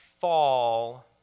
fall